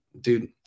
dude